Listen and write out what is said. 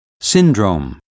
syndrome